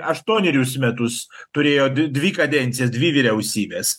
aštuonerius metus turėjo di dvi kadencijas dvi vyriausybės